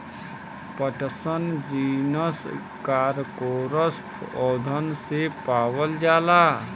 पटसन genus Corchorus पौधन से पावल जाला